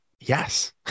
yes